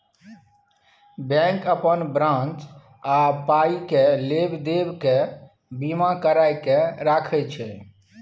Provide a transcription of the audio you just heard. bank अपन branch आ पाइ केर लेब देब केर बीमा कराए कय राखय छै